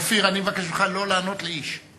אופיר, אני מבקש ממך לא לענות לאיש.